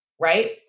right